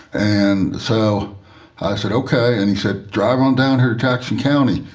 and so i said, ok. and he said, drive on down here to jackson county,